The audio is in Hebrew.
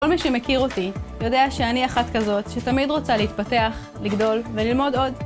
כל מי שמכיר אותי יודע שאני אחת כזאת שתמיד רוצה להתפתח, לגדול וללמוד עוד.